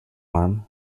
harm